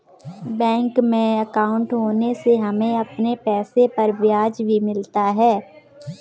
bank में अंकाउट होने से हमें अपने पैसे पर ब्याज भी मिलता है